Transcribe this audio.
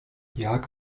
jak